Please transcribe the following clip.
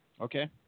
Okay